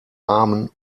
armen